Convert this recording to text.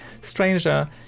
Stranger